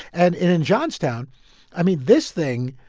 and in in johnstown i mean, this thing,